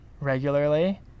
regularly